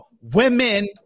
women